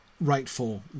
rightful